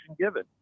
given